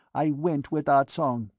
i went with ah tsong.